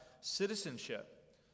citizenship